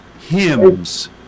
hymns